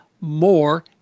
more